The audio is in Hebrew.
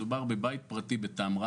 מדובר בבית בטמרה.